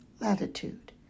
latitude